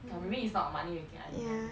okay lah maybe it's not money making idea